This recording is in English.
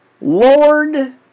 Lord